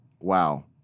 Wow